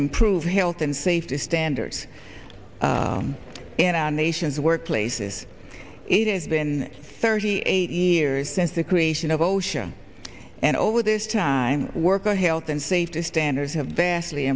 improve health and safety standards in our nation's workplaces it has been thirty eight years since the creation of osha and over this time work on health and safety standards have vastly